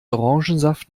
orangensaft